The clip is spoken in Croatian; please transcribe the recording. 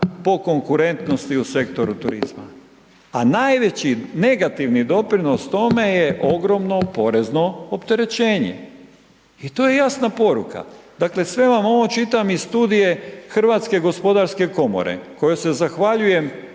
po konkurentnosti u sektoru turizma. A najveći negativni doprinos tome je ogromno porezno opterećenje, i to je jasna poruka. Dakle sve vam ovo čitam iz studije Hrvatske gospodarske komore kojoj se zahvaljujem